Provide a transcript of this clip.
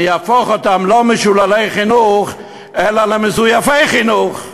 אני אהפוך אותם לא למשוללי חינוך אלא למזויפי חינוך.